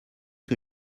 que